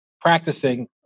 practicing